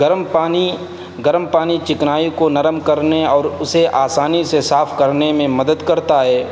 گرم پانی گرم پانی چکنائی کو نرم کرنے اور اسے آسانی سے صاف کرنے میں مدد کرتا ہے